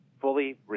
fully